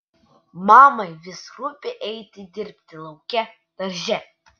mamai vis rūpi eiti dirbti lauke darže